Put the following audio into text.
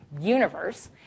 universe